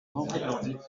vingt